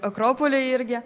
akropolį irgi